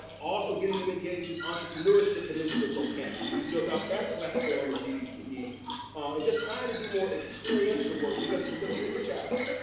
also getting them engaged in entrepreneurship initiatives on campus. we built up that platform in ddce. ah just trying to do more experiential work because because here's the challenge.